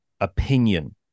opinion